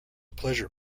pleasure